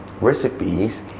recipes